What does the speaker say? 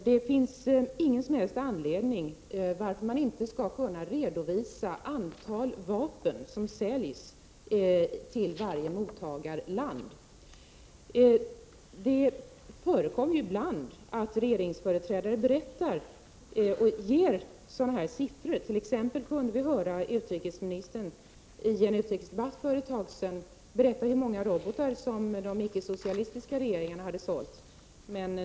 Det finns ingen som helst anledning till att man inte skulle kunna redovisa det antal vapen som säljs till varje mottagarland. Det förekommer ibland att regeringsföreträdare berättar och ger siffror på detta. För ett tag sedan kunde vi t.ex. höra utrikesministern i en utrikesdebatt berätta hur många robotar som de icke-socialistiska regeringarna hade sålt.